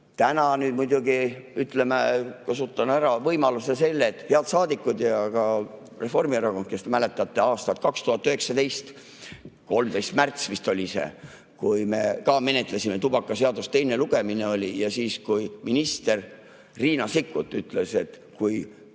Täna ma muidugi kasutan oma võimaluse ära. Head saadikud, ja ka Reformierakond, kes te mäletate aastat 2019! 13. märts vist oli see, kui me ka menetlesime tubakaseadust, teine lugemine oli. Ja siis minister Riina Sikkut ütles, et kui